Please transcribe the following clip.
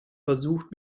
versucht